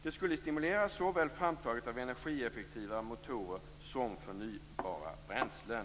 Det skulle stimulera framtagandet av såväl energieffektiva motorer som förnybara bränslen.